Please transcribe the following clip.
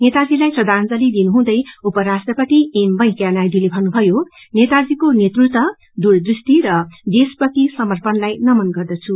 नेताजीलाई श्रदाजंली दिनुहुँदै उपराष्ट्रपत एम वेकैनायडूले भन्नुभयो नेताजीको नेतृत्व दूरदृष्टि र देशप्रति समर्पणलाई नमन गर्ददौ